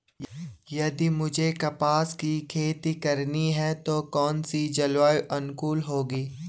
यदि मुझे कपास की खेती करनी है तो कौन इसी जलवायु अनुकूल होगी?